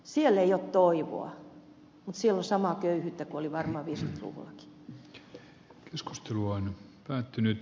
siellä ei ole toivoa mutta siellä on päättynyt